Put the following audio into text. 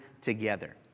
together